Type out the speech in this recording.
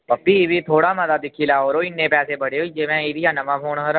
फ्ही बी थोह्ड़ा मता दिक्खी लै करो इन्ने पैसे बड़े होई गे भैएं एह्दे शा नमां फोन खरा हा